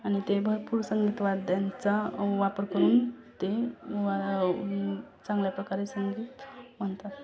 आणि ते भरपूर संगीत वाद्यांचा वापर करून ते चांगल्या प्रकारे संगीत म्हणतात